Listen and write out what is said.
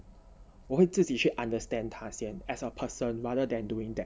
我会自己去 understand 他先 and as a person rather than doing that